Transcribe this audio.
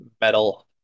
metal